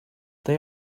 they